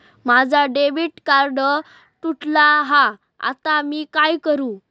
माझा debit card तुटला हा आता मी काय करू?